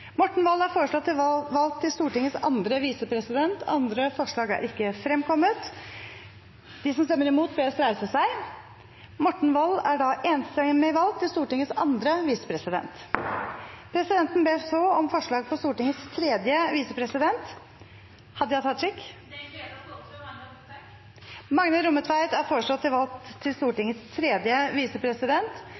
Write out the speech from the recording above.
Morten Wold er foreslått valgt til Stortingets andre visepresident. – Andre forslag er ikke fremkommet. Presidenten ber så om forslag på Stortingets tredje visepresident. Det er ei glede å føreslå Magne Rommetveit. Magne Rommetveit er foreslått valgt til Stortingets tredje visepresident. – Andre forslag er ikke fremkommet. Presidenten ber så om forslag på Stortingets fjerde visepresident.